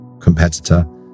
competitor